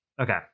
Okay